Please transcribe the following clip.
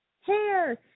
hair